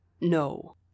No